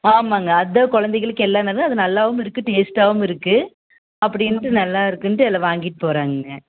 ஆமாம்ங்க அதான் குழந்தைகளுக்கு எல்லா நாளும் அது நல்லாவும் இருக்கு டேஸ்ட்டாகவும் இருக்கு அப்படின்ட்டு நல்லா இருக்குன்ட்டு எல்லாம் வாங்கிட்டு போகறாங்கங்க